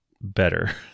better